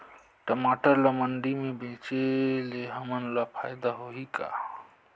टमाटर ला मंडी मे बेचे से हमन ला फायदा होही का?